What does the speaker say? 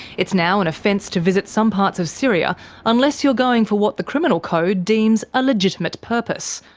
it's now an offence to visit some parts of syria unless you're going for what the criminal code deems a legitimate purpose,